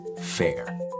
FAIR